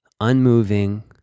Unmoving